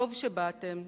"טוב שבאתם,